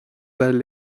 bheith